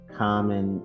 common